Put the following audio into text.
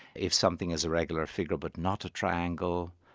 if something is a regular figure but not a triangle,